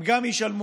הם גם ישלמו,